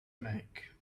make